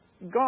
God